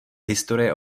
historie